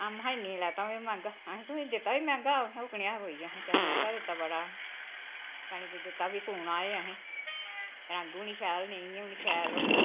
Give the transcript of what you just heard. महां इ'न्ने दा लैता में मैंह्गा अहें तू दित्ता बी मैंह्गा उ'न्नै कनेहा कोई ऐ में मैंह्गा दित्ता बड़ा कन्नै दित्ता बी पूना आए अहें रंग बी निं शैल ते इ'यां बी नि शैल ओह्